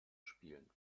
spielen